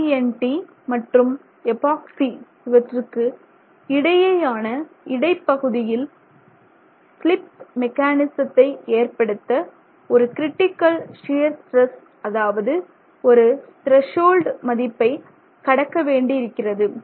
CNT மற்றும் epoxy இவற்றுக்கு இடையேயான இடைப்பகுதியில் ஸ்லிப் மெக்கானிஸத்தை ஏற்படுத்த ஒரு கிரிட்டிக்கல் ஷியர் ஸ்ட்ரெஸ் அதாவது ஒரு த்ரசோல்டு மதிப்பை கடக்க வேண்டியிருக்கிறது